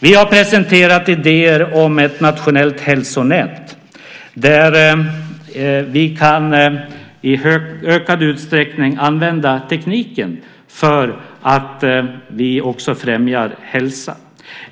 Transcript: Vi har presenterat idéer om ett nationellt hälsonät där vi i ökad utsträckning kan använda tekniken för att främja hälsa.